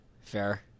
Fair